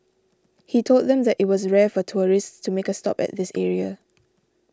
he told them that it was rare for tourists to make a stop at this area